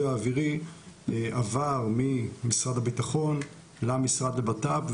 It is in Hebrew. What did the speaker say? האווירי עבר ממשרד הביטחון למשרד לביטחון פנים.